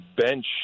bench